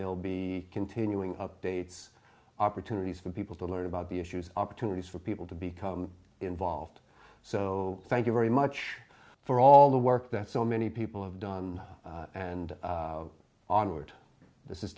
they'll be continuing updates opportunities for people to learn about the issues opportunities for people to become involved so thank you very much for all the work that so many people have done and honored this is